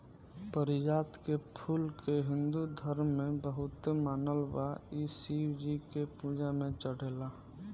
पारिजात के फूल के हिंदू धर्म में बहुते मानल बा इ शिव जी के पूजा में चढ़ेला